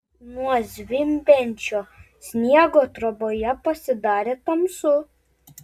nuo zvimbiančio sniego troboje pasidarė tamsu